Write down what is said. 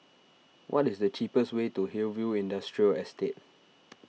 what is the cheapest way to Hillview Industrial Estate